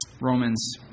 Romans